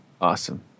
awesome